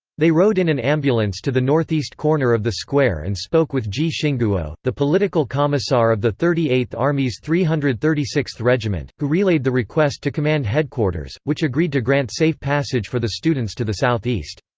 they rode in an ambulance to the northeast corner of the square and spoke with ji xinguo, the political commissar of the thirty eighth army's three hundred and thirty sixth regiment, who relayed the request to command headquarters, which agreed to grant safe passage for the students to the southeast.